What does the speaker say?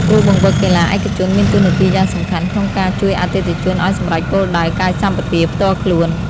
គ្រូបង្វឹកកីឡាឯកជនមានតួនាទីយ៉ាងសំខាន់ក្នុងការជួយអតិថិជនឱ្យសម្រេចគោលដៅកាយសម្បទាផ្ទាល់ខ្លួន។